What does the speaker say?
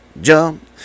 jump